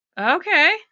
okay